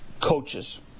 coaches